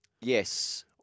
Yes